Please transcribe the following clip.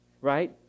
right